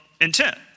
intent